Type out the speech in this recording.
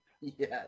Yes